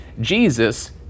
Jesus